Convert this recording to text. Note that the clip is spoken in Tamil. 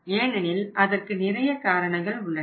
ஏனெனில் அதற்கு நிறைய காரணங்கள் உள்ளன